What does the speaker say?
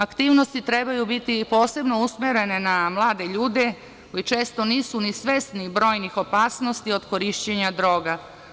Aktivnosti trebaju biti posebno usmere na mlade ljude koji često nisu ni svesni brojnih opasnosti od korišćenja droga.